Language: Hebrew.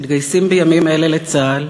מתגייסים בימים אלה לצה"ל,